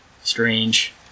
Strange